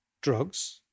drugs